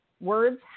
Words